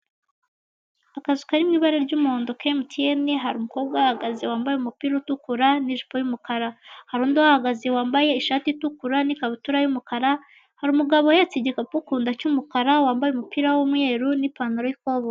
Akazu kari mu ibara ry'umuhondo ka emutiyene hari umukobwa wambaye umupira utukura n'ijipo y'umukara, hari undi uhahagaze wambaye ishati itukura n'ikabautura y'umukara, hari umugabo uhetse igikapu ku nda cy'umukara, wambaye umupira w'umweru n'ipantaro y'ikoboyi.